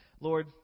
Lord